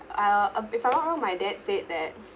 uh if I'm not wrong my dad said that